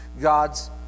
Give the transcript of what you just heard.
God's